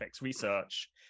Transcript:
research